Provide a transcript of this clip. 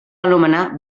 anomenar